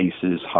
cases